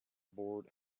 board